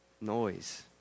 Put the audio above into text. noise